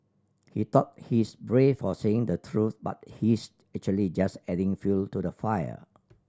he thought he's brave for saying the truth but he's actually just adding fuel to the fire